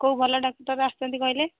କେଉଁ ଭଲ ଡାକ୍ତର ଆସୁଛନ୍ତି କହିଲେ